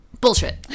Bullshit